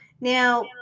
Now